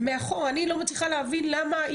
אני לא מצליחה להבין למה,